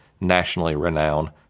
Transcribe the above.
nationally-renowned